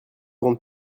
grande